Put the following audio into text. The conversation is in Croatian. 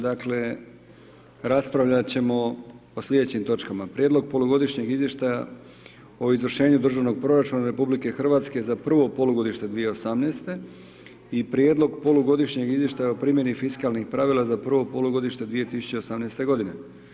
Dakle, raspravljat ćemo o slijedećim točkama: Prijedlog polugodišnjeg izvještaja o izvršenju državnog proračuna Republike Hrvatske za prvo polugodište 2018. i Prijedlog polugodišnjeg izvještaja o primjeni fiskalnih pravila za prvo polugodište 2018. godine.